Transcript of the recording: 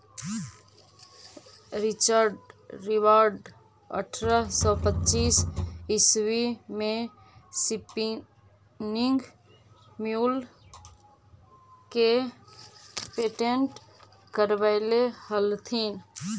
Richard Robert अट्ठरह सौ पच्चीस ईस्वी में स्पीनिंग म्यूल के पेटेंट करवैले हलथिन